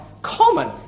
common